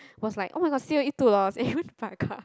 was like [oh]-my-god C_O_E two dollar and he went to buy a car